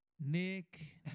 Nick